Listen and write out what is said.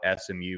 SMU